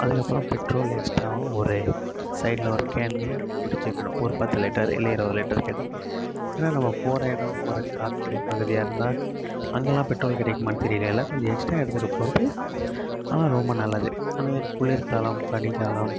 அதுக்கப்புறம் பெட்ரோல் எக்ஸ்ட்ராவும் ஒரு சைடில் ஒரு கேனில் பிடிச்சிக்கணும் ஒரு பத்து லிட்டர் இல்லை இருபது லிட்டர் கிடைக்கும் ஆனால் நம்ம போகிற இடம் ஒரு காட்டுப் பகுதியாக இருந்தால் அங்கெல்லாம் பெட்ரோல் கிடைக்குமானு தெரியலை கொஞ்சம் எக்ஸ்ட்ரா எடுத்துகிட்டுப் போகிறது ஆனால் ரொம்ப நல்லது அந்தமாதிரி குளிர்காலம் பனிக்காலம்